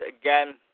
again